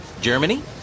Germany